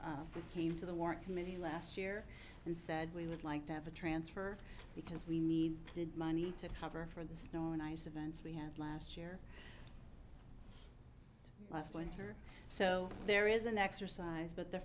came to the war committee last year and said we would like to have a transfer because we need the money to cover for the snow and ice events we had last year last winter so there is an exercise but the